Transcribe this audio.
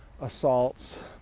assaults